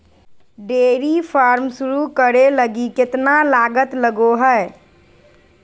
dairy farm शुरू करे लगी केतना लागत लगो हइ